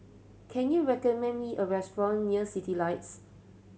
can you recommend me a restaurant near Citylights